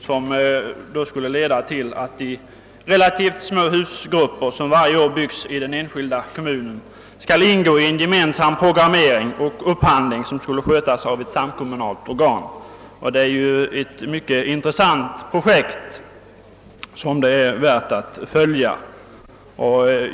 Denna skulle leda till att de relativt små husgrupper, som varje år byggs i den enskilda kommunen, skall ingå i en gemensam programmering och upphandling som skulle skötas av ett samkommunalt organ. Det är ju ett mycket intressant projekt som är värt att genomföra.